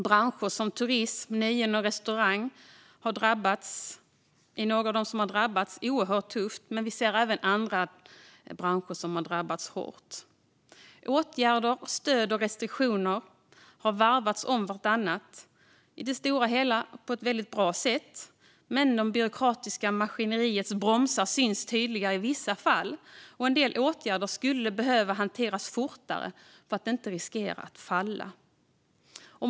Branscher som turism, nöjen och restaurang har drabbats oerhört hårt. Vi ser även andra branscher som har drabbats hårt. Åtgärder, stöd och restriktioner har varvats om vartannat. I det stora hela har detta gjorts på ett väldigt bra sätt, men det byråkratiska maskineriets bromsar syns tydligare i vissa fall. En del åtgärder skulle behöva hanteras fortare för att inte riskera att falla.